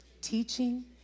Teaching